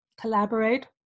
Collaborate